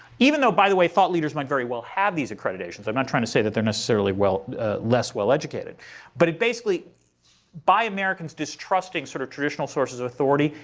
even though, by the way, thought leaders might very well have these accreditations i'm not trying to say that they're necessarily less well-educated but it basically by americans distrusting sort of traditional sources of authority,